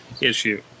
issue